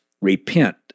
repent